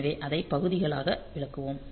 எனவே அதை பகுதிகளாக விளக்குவோம்